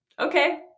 okay